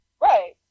Right